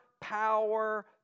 power